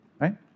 right